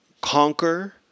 conquer